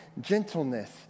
gentleness